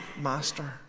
master